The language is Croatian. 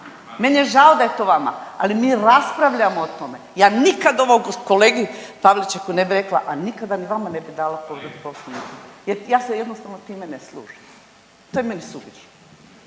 meni je žao da je to vama. Ali mi raspravljamo o tome. Ja nikada ovo kolegi Pavličeku ne bi rekla, a nikada ni vama ne bi dala povredu Poslovnika jer ja se jednostavno s time ne služim. To je meni suvišno,